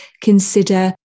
Consider